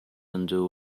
undo